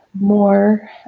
more